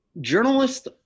journalists